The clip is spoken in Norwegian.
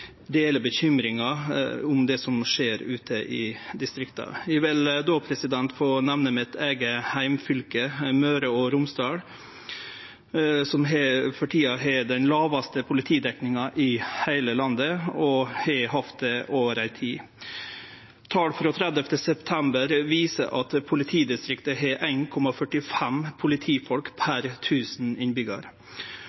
deler bekymringa for det som skjer ute i distrikta. Eg vil få nemne mitt eige heimfylke, Møre og Romsdal, som for tida har den lågaste politidekninga i heile landet, og har hatt det over tid. Tal frå 30. september viser at politidistriktet har 1,45 politifolk